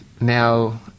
now